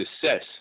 success